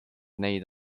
neid